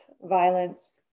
violence